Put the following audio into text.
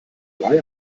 drei